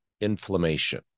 inflammation